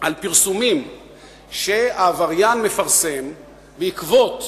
על פרסומים שהעבריין מפרסם בעקבות